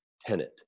tenant